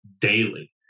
daily